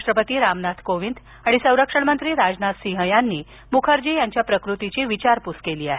राष्ट्रपती रामनाथ कोविंद आणि संरक्षण मंत्री राजनाथ सिंह यांनी मुखर्जी यांच्या प्रकृतीची विचारपूस केली आहे